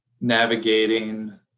navigating